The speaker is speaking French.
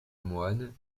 moine